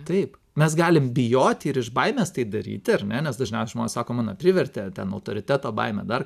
taip mes galim bijoti ir iš baimės tai daryti ar ne nes dažniausiai žmonės sako mane privertė ten autoriteto baimė dar